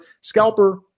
Scalper